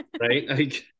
right